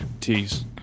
tease